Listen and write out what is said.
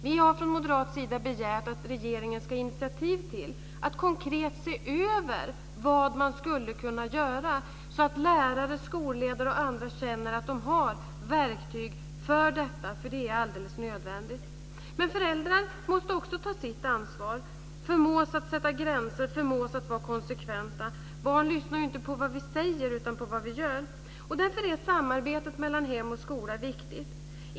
Vi har från moderat sida begärt att regeringen ska ta initiativ till att konkret se över vad man skulle kunna göra så att lärare, skolledare och andra känner att de har verktyg för detta, för det är alldeles nödvändigt. Men föräldrar måste också ta sitt ansvar och förmås att sätta gränser och vara konsekventa. Barn lyssnar inte på vad vi säger utan gör som vi gör. Därför är samarbetet mellan hem och skola viktigt.